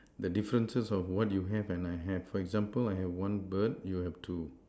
the differences of what you have and I have for example I have one bird you have two